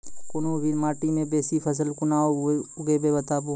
कूनू भी माटि मे बेसी फसल कूना उगैबै, बताबू?